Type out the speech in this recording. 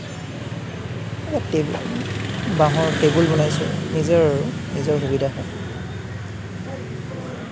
বাঁহৰ টেবুল বনাইছোঁ নিজৰ আৰু নিজৰ সুবিধাৰ কাৰণে